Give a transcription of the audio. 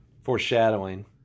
foreshadowing